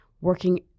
working